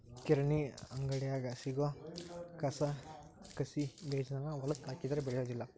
ಕಿರಾಣಿ ಅಂಗಡ್ಯಾಗ ಸಿಗು ಕಸಕಸಿಬೇಜಾನ ಹೊಲಕ್ಕ ಹಾಕಿದ್ರ ಬೆಳಿಯುದಿಲ್ಲಾ